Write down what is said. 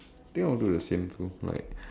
think I'll do the same too like